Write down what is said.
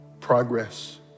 progress